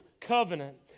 Covenant